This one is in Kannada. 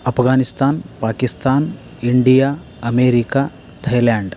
Afghanistan Pakistan India America Thailand